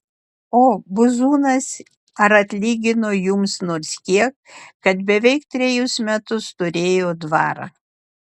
o buzūnas ar atlygino jums nors kiek kad beveik trejus metus turėjo dvarą